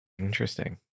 Interesting